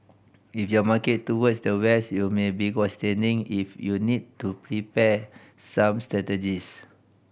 if your market towards the West you may be questioning if you need to prepare some strategies